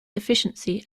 deficiency